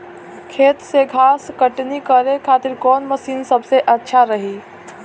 खेत से घास कटनी करे खातिर कौन मशीन सबसे अच्छा रही?